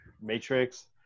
Matrix